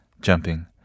jumping